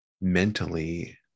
mentally